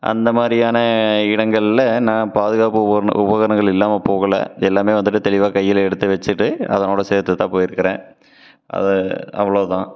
அந்த மாதிரியான இடங்களில் நான் பாதுகாப்பு உப உபகரணங்கள் இல்லாமல் போகலை அது எல்லாமே வந்துட்டு தெளிவாக கையில் எடுத்து வச்சுட்டு அதனோட சேர்த்துதான் போயிருக்கிறேன் அது அவ்வளோதான்